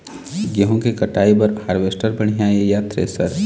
गेहूं के कटाई बर हारवेस्टर बढ़िया ये या थ्रेसर?